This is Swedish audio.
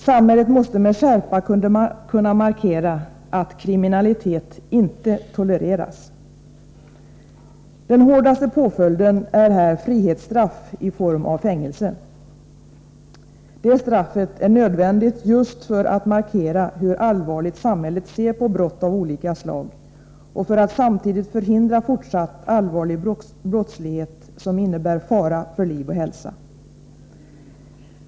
Samhället måste med skärpa kunna markera att kriminalitet inte tolereras. Den hårdaste påföljden är här frihetsstraff i form av fängelse. Det straffet är nödvändigt just för att markera hur allvarligt samhället ser på brott av olika slag och för att samtidigt förhindra fortsatt allvarlig brottslighet, som innebär fara för liv och hälsa.